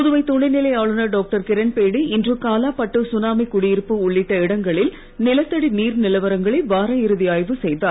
புதுவை துணைநிலை ஆளுநர் டாக்டர் கிரண்பேடி இன்று காலாபட்டு சுனாமி குடியிருப்பு உள்ளிட்ட இடங்களில் நிலத்தடி நீர் நிலவரங்களை வார இறுதி ஆய்வு செய்தார்